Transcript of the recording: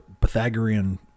pythagorean